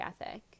ethic